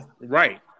Right